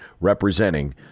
representing